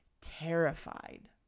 terrified